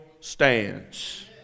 stands